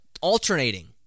alternating